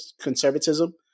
conservatism